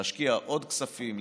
להשקיע עוד כספים,